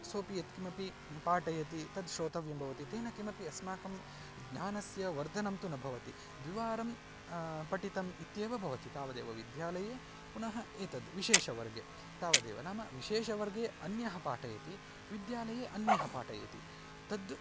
सोऽपि यत् किमपि पाठयति तद् श्रोतव्यं भवति तेन किमपि अस्माकं ज्ञानस्य वर्धनं तु न भवति द्विवारं पठितम् इत्येव भवति तावदेव विद्यालये पुनः एतद् विशेषवर्गे तावदेव नाम विशेषवर्गे अन्यः पाठयति विद्यालये अन्यः पाठयति तद्